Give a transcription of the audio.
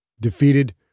Defeated